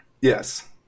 Yes